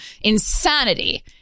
insanity